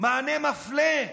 מענה מפלה,